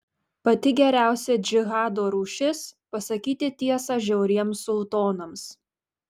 pati geriausia džihado rūšis pasakyti tiesą žiauriems sultonams